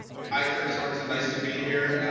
hi. kirk sorensen. nice to be here.